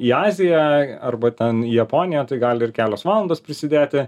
į azijai arba ten į japoniją tai gali ir kelios valandos prisidėti